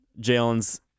Jalen's